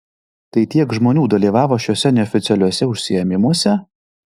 tai kiek žmonių dalyvavo šiuose neoficialiuose užsiėmimuose